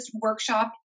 workshop